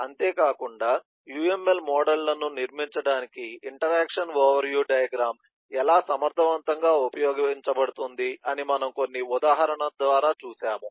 అంతేకాకుండా UML మోడళ్లను నిర్మించడానికి ఇంటరాక్షన్ ఓవర్ వ్యూ డయాగ్రమ్ ఎలా సమర్థవంతంగా ఉపయోగించబడుతుంది అని మనము కొన్ని ఉదాహరణల ద్వారా చూశాము